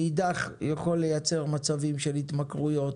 ומאידך, יכול לייצר מצבים של התמכרויות,